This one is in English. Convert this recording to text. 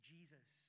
Jesus